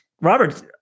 Robert